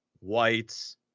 whites